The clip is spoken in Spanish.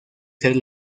ser